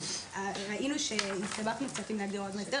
ראינו שהסתבכנו קצת עם הגדרות מאסדר.